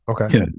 Okay